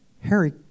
Harry